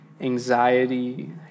anxiety